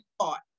thought